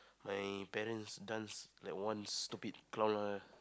my parents does that once stupid